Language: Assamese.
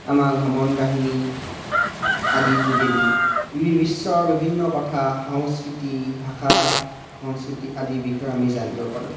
আমাক ভ্ৰমণ কাহিনী আদিৰ যোগেদি বিশ্বৰ বিভিন্ন কথা সংস্কৃতি ভাষা সংস্কৃতি আদিৰ বিষয়ে আমি জানিব পাৰোঁ